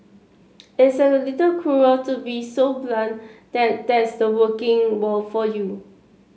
it's a little cruel to be so blunt that that's the working world for you